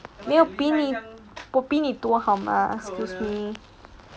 没有比你我比你多好吗 excuse me